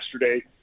yesterday